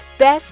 Best